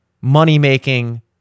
money-making